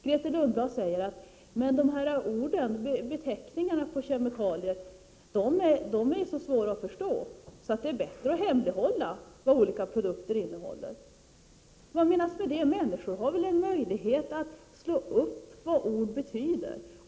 Grethe Lundblad sade att beteckningar på kemikalier är så svåra att förstå, och då är det bättre att hemlighålla vad olika produkter innehåller. Vad menar hon med det? Människor har väl möjlighet att själva slå upp och ta reda på vad ord betyder.